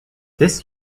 this